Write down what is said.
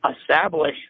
establish